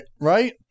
right